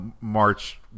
march